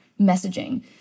messaging